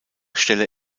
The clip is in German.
stelle